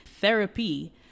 Therapy